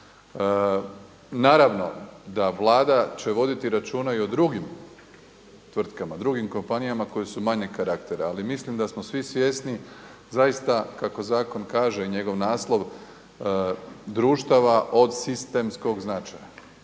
Naravno da Vlada će voditi računa i o drugim tvrtkama, drugim kompanijama koje su manjeg karaktera. Ali mislim da smo svi svjesni zaista kako zakon kaže i njegov naslov društava od sistemskog značaja.